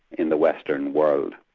in the western world.